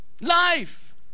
Life